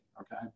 okay